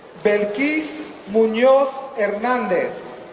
belkys munoz-hernandez,